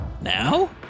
now